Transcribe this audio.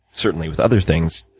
certainly with other things,